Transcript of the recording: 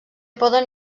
poden